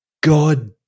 God